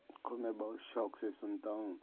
کو میں بہت شوق سے سنتا ہوں